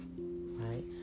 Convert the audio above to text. right